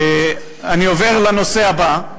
אני עובר לנושא הבא,